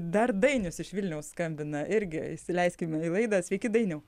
dar dainius iš vilniaus skambina irgi įsileiskime į laidą sveiki dainiau